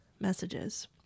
messages